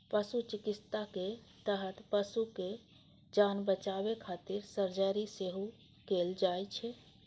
पशु चिकित्साक तहत पशुक जान बचाबै खातिर सर्जरी सेहो कैल जाइ छै